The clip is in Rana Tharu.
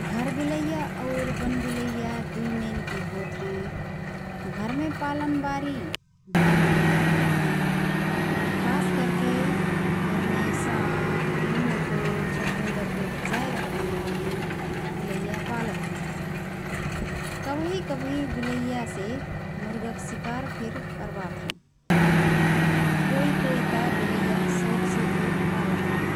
घर बिलैया और वन बिलैया दुई मेलकी होत हएँ । घरमे पालनबारी घर बिलैया होत हएँ । खास करके घरमे साँप, मुसो छुछुँदरके भजाए रखान ताहिँ बिलैया पालत हएँ । कबही कबही बिलैयासे मुर्गक सिकार फिर करबात हएँ । कोइ कोइ त बिलैया सौखसे फिर पालत हएँ ।